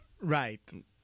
right